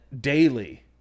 daily